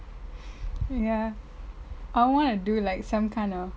ya I want to do like some kind of